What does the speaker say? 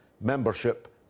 membership